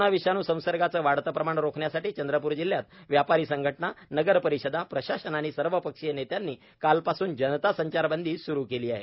corona विषाणू संसर्गाचं वाढतं प्रमाण रोखण्यासाठी चंद्रपूर जिल्ह्यात व्यापारी संघटना नगरपरिषदा प्रशासन आणि सर्वपक्षीय नेत्यांनी कालपासून जनता संचारबंदी स्रू केली आहे